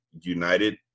United